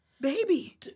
baby